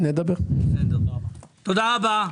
תודה רבה.